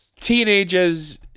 teenagers